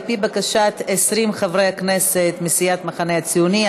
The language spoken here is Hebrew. על-פי בקשת 20 חברי כנסת מסיעת המחנה הציוני,